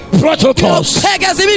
protocols